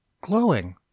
glowing